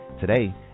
Today